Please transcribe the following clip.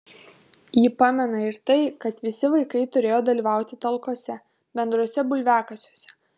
ji pamena ir tai kad visi vaikai turėjo dalyvauti talkose bendruose bulviakasiuose